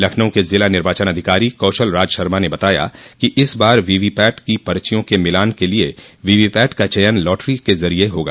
लखनऊ के जिला निर्वाचन अधिकारी कौशल राज शर्मा ने बताया कि इस बार वीवीवैट की पर्चियों के मिलान के लिये वीवीपैट का चयन लाटरी के जरिये होगा